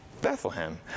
Bethlehem